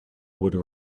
would